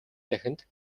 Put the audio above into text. дахинд